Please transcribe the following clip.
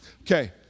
Okay